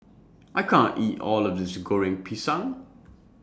I can't eat All of This Goreng Pisang